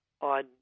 on